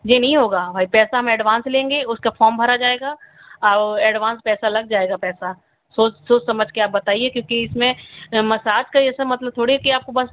जे नहीं होगा भई पैसा हम एडवांस लेंगे उसका फॉर्म भरा जाएगा औ एडवांस पैसा लग जाएगा पैसा सोच सोच समझ के आप बताईए क्योंकि इसमें मसाज का ये सब मतलब थोड़ी है कि आपको बस